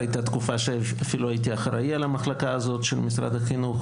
הייתה תקופה שאפילו הייתי אחראי על המחלקה הזו של משרד החינוך